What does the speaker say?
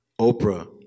Oprah